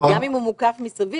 וגם אם הוא מוקף מסביב,